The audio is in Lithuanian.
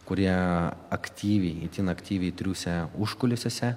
kurie aktyviai itin aktyviai triūsia užkulisiuose